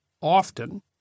often